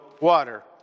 water